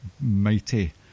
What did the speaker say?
mighty